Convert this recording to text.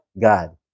God